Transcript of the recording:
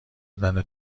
کردن